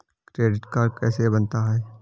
Credit card कैसे बनता है?